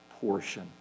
portion